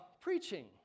preaching